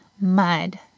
mud